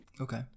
Okay